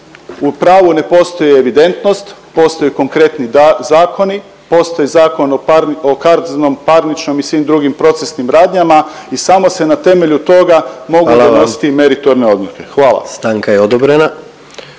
U pravu ne postoji evidentnost, postoje konkretni zakoni, postoji zakon o kaznenom, parničnom i svim drugim procesnim radnjama i samo se na temelju toga …/Upadica predsjednik: Hvala vam./… mogu